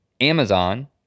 Amazon